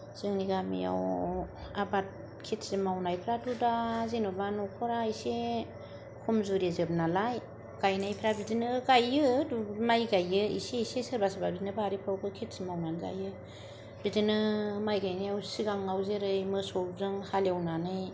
जोंनि गामियाव आबाद खेथि मावनायफ्राथ' दा जेनबा न'खरा इसे खमजुरिजोब नालाय गायनायफ्रा बिदिनो गायो माइ गायो इसे इसे सोरबा सोरबा ओरैनो बारिफ्रावबो खेथि मावनानै जायो बिदिनो माइ गायनायाव सिगाङाव जेरै मोसौजों हालेवनानै